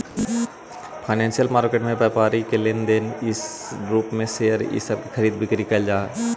financial market में व्यापारी के लेन देन के रूप में शेयर इ सब के खरीद बिक्री कैइल जा हई